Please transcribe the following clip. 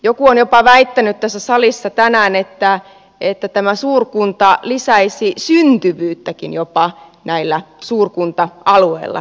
joku on jopa väittänyt tässä salissa tänään että suurkunta lisäisi syntyvyyttäkin jopa näillä suurkunta alueilla